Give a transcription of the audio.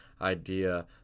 idea